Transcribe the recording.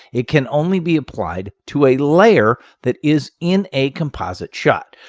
it can only be applied to a layer that is in a composite shot.